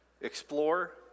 explore